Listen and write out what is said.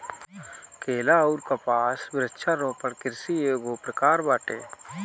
केला अउर कपास वृक्षारोपण कृषि एगो प्रकार बाटे